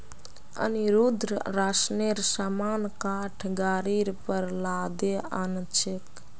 अनिरुद्ध राशनेर सामान काठ गाड़ीर पर लादे आ न छेक